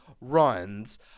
runs